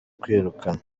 kwirukanwa